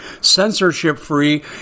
censorship-free